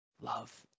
love